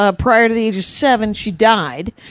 ah prior to the age of seven, she died.